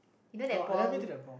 you know that ball